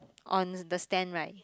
on the stand right